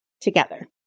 together